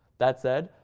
that said,